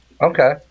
Okay